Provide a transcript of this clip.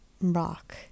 rock